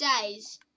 days